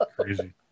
Crazy